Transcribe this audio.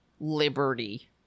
Liberty